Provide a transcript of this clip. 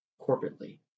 corporately